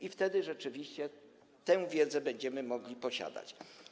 I wtedy rzeczywiście tę wiedzę będziemy mogli posiadać.